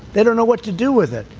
they don't know what to do with it.